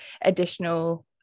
additional